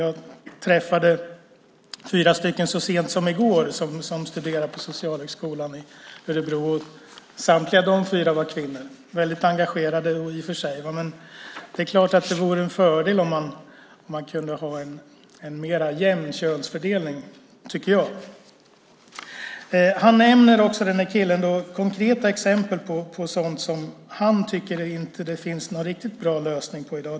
Jag träffade så sent som i går fyra stycken som studerar på Socialhögskolan i Örebro, och samtliga fyra var kvinnor. De var väldigt engagerade i och för sig. Men det är klart att det vore en fördel om man kunde ha en mer jämn könsfördelning, tycker jag. Den här killen nämner också konkreta exempel på sådant som han tycker att det inte finns någon riktigt bra lösning på i dag.